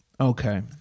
okay